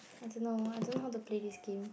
I don't know I don't know how to play this game